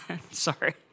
Sorry